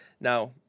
Now